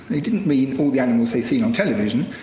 they didn't mean all the animals they'd seen on television.